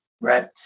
right